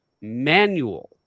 manual